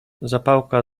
zapałka